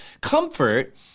comfort